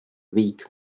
week